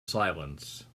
silence